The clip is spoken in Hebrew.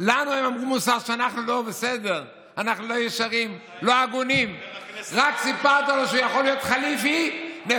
ואנחנו מאשררים את שעת החירום מדי שנה